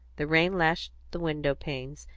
the rain lashed the window-panes,